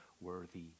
worthy